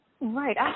Right